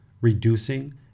reducing